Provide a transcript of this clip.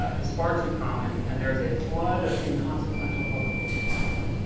is far too common, and there is a flood of inconsequential publications.